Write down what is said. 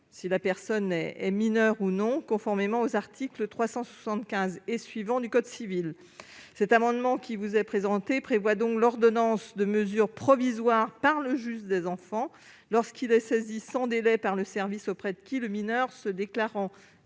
si la personne est mineure ou non - conformément aux articles 375 et suivants du code civil. Cet amendement prévoit l'ordonnance de mesures provisoires par le juge des enfants lorsque celui-ci est saisi sans délai par le service auprès de qui le mineur se déclarant